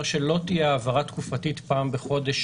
שלא תהיה העברה תקופתית של פעם בחודש,